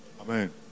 Amen